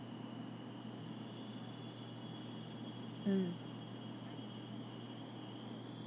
mm